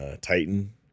Titan